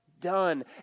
done